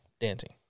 dancing